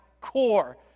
core